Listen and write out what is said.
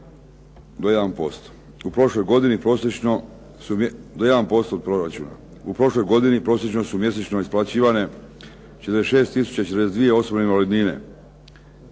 U prošloj godini prosječno su mjesečno isplaćivane 46 tisuća 42 osobne invalidnine